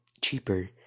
cheaper